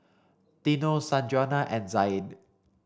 Dino Sanjuana and Zaid